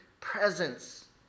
presence